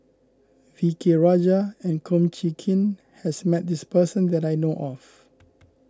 V K Rajah and Kum Chee Kin has met this person that I know of